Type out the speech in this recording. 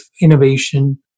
innovation